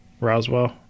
Roswell